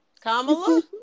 Kamala